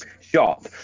shop